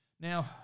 Now